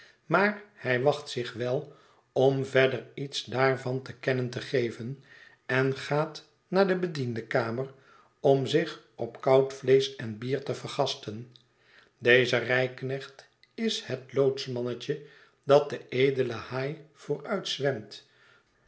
maar hij wacht zich wel om verder iets daarvan te kennen te geven en gaat naar de bediendenkamer om zich op koud vleesch en bier te vergasten deze rijknecht is het loodsmannetje dat den edelen